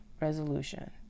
resolution